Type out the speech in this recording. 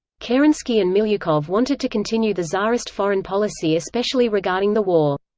kerensky and milyukov wanted to continue the tsarist foreign policy especially regarding the war.